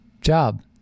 job